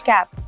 Cap